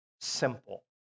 simple